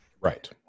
Right